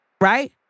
right